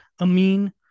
Amin